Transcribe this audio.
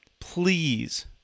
please